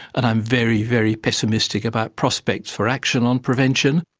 and i'm very, very pessimistic about prospects for action on prevention.